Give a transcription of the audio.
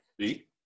See